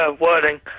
wording